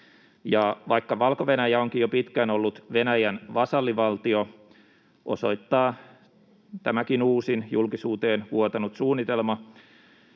Vaikka Valko-Venäjä onkin jo pitkään ollut Venäjän vasallivaltio, osoittaa tämä uusinkin julkisuuteen vuotanut suunnitelma